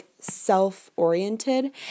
self-oriented